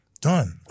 done